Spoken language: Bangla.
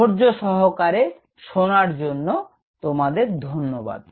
ধৈর্যসহ শোনার জন্য তোমাদের ধন্যবাদ